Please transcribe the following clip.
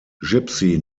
gipsy